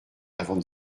avant